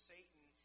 Satan